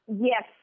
Yes